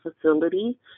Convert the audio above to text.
facility